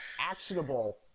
actionable